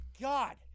God